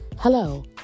Hello